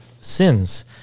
sins